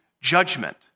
judgment